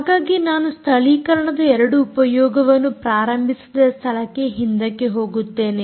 ಹಾಗಾಗಿ ನಾನು ಸ್ಥಳೀಕರಣದ 2 ಉಪಯೋಗವನ್ನು ಪ್ರಾರಂಭಿಸಿದ ಸ್ಥಳಕ್ಕೆ ಹಿಂದಕ್ಕೆ ಹೋಗುತ್ತೇನೆ